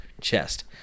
chest